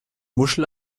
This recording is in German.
muschel